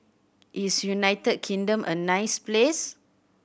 is United Kingdom a nice place